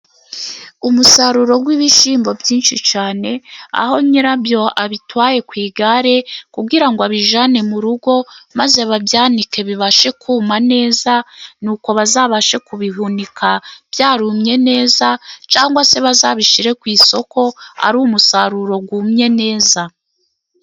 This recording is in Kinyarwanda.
Umusaruro w'ibishyimbo byinshi cyane, aho nyirabyo abitwaye ku igare, kugira ngo abijyane mu rugo maze babyanike bibashe kuma neza, nuko bazabashe kubihunika byarumye neza, cyangwa se bazabishyire ku isoko, ari umusaruro wumye neza.